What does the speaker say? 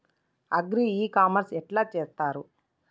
Agri e commerce ఎట్ల చేస్తరు?